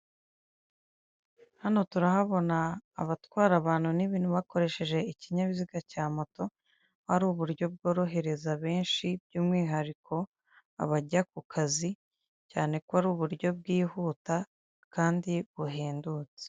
Hano turahabona abatwara abantu n'ibintu bakoresheje ikinyabiziga cya moto, ari uburyo bworohereza benshi by'umwihariko abajya ku kazi, cyane ko ari uburyo bwihuta kandi buhendutse.